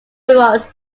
was